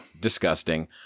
disgusting